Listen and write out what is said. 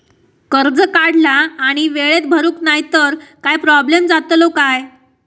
कर्ज काढला आणि वेळेत भरुक नाय तर काय प्रोब्लेम जातलो काय?